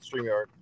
Streamyard